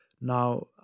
Now